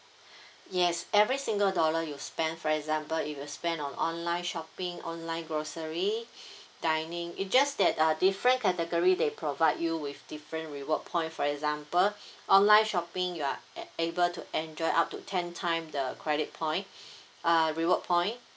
yes every single dollar you spend for example if you spend on online shopping online grocery dining it just that uh different category they provide you with different reward point for example online shopping you are a~ able to enjoy up to ten time the credit point uh reward point